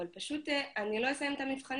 אבל פשוט אני לא אסיים את המבחנים,